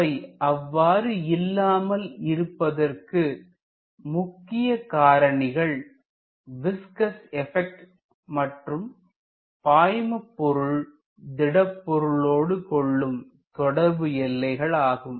அவை அவ்வாறு இல்லாமல் இருப்பதற்கு முக்கிய காரணிகள் விஸ்கஸ் எபெக்ட் மற்றும் பாய்மபொருள் திடப்பொருள்லோடு கொள்ளும் தொடர்பு எல்லைகள் ஆகும்